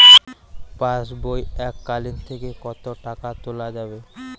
পাশবই এককালীন থেকে কত টাকা তোলা যাবে?